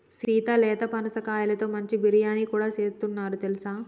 సీత లేత పనసకాయతో మంచి బిర్యానీ కూడా సేస్తున్నారు తెలుసా